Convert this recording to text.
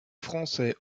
français